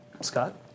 Scott